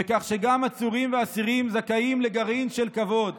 בכך שגם עצורים ואסירים זכאים לגרעין של כבוד.